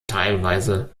teilweise